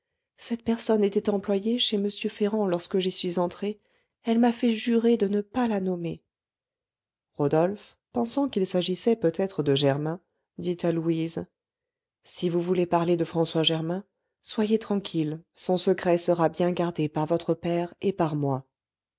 cette personne était employée chez m ferrand lorsque j'y suis entrée elle m'a fait jurer de ne pas la nommer rodolphe pensant qu'il s'agissait peut-être de germain dit à louise si vous voulez parler de françois germain soyez tranquille son secret sera bien gardé par votre père et par moi